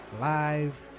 live